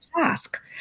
task